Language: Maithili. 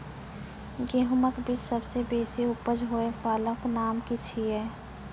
गेहूँमक बीज सबसे बेसी उपज होय वालाक नाम की छियै?